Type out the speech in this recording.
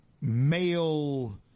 male